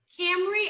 Camry